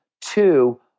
Two